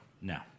No